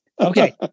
Okay